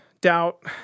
doubt